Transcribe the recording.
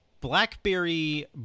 Blackberry